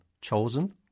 chosen